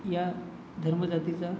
या धर्मजातीचा